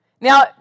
Now